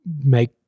make